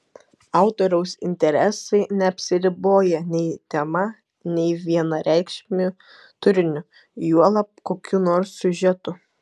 autoriaus interesai neapsiriboja nei tema nei vienareikšmiu turiniu juolab kokiu nors siužetu